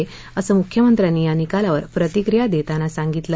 असं मुख्यमंत्र्यांनी या निकालावर प्रतिक्रिया देताना सांगितलं